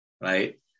right